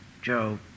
Joe